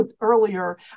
earlier